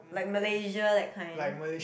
like Malaysia that kind